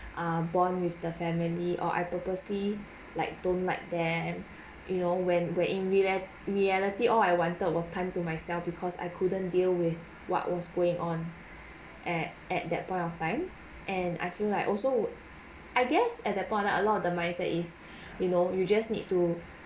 uh bond with the family or I purposely like don't like them you know when when in reali~ reality all I wanted was time to myself because I couldn't deal with what was going on at at that point of time and I feel like also I guess at that point of time a lot of the mindset is you know you just need to